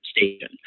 station